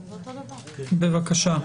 בבקשה.